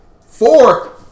Four